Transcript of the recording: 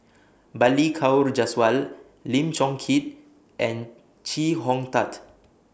Balli Kaur Jaswal Lim Chong Keat and Chee Hong Tat